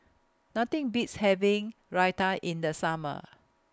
Nothing Beats having Raita in The Summer